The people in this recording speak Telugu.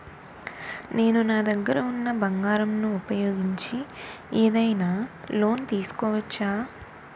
నేను నా దగ్గర ఉన్న బంగారం ను ఉపయోగించి ఏదైనా లోన్ తీసుకోవచ్చా?